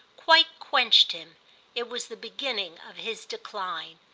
quite quenched him it was the beginning of his decline.